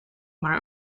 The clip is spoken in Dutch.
maar